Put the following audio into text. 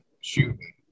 shooting